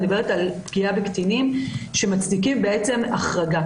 אני מדברת על פגיעה בקטינים שמצדיקה החרגה.